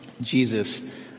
Jesus